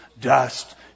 dust